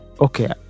okay